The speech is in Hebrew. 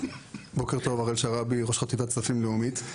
בוקר טוב, הראל שרעבי, ראש חטיבת כספית, לאומית.